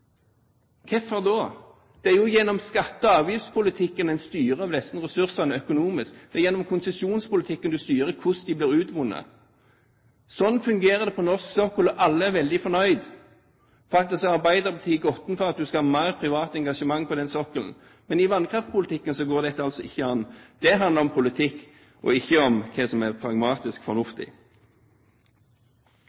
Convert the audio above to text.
er jo gjennom skatte- og avgiftspolitikken man styrer disse ressursene økonomisk, og det er gjennom konsesjonspolitikken man styrer hvordan de blir utvunnet. Slik fungerer det på norsk sokkel, og alle er veldig fornøyd. Arbeiderpartiet har faktisk gått inn for at man skal ha mer privat engasjement på denne sokkelen, men i vannkraftpolitikken går dette altså ikke an. Der handler det om politikk, og ikke om hva som er pragmatisk